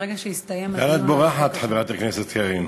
לאן את בורחת, חברת הכנסת קארין?